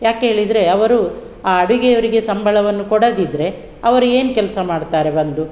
ಯಾಕೆ ಹೇಳಿದರೆ ಅವರು ಆ ಅಡುಗೆಯವರಿಗೆ ಸಂಬಳವನ್ನು ಕೊಡದಿದ್ದರೆ ಅವರು ಏನು ಕೆಲಸ ಮಾಡ್ತಾರೆ ಬಂದು